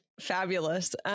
fabulous